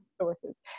sources